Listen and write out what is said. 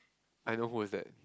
I know who is that